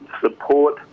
support